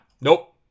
Nope